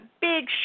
big